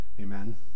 Amen